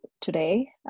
today